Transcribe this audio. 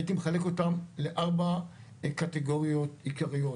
הייתי מחלק אותם לארבע קטגוריות עיקריות,